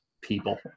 people